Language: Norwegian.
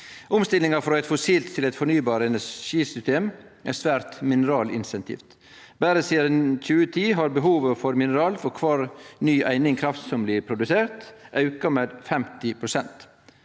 Omstillinga frå eit fossilt til eit fornybart energisystem er svært mineralintensiv. Berre sidan 2010 har behovet for mineral for kvar ny eining kraft som blir produsert, auka med 50 pst.